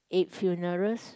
eight funerals